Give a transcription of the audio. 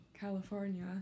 California